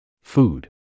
Food